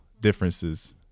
differences